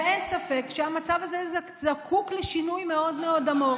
ואין ספק שהמצב הזה זקוק לשינוי מאוד מאוד עמוק.